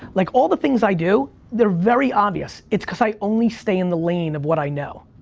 like, all the things i do, they're very obvious. it's cause i only stay in the lane of what i know.